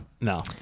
No